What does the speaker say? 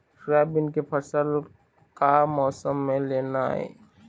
Soybean के फसल का मौसम म लेना ये?